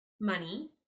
money